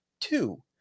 two